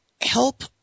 help